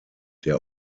der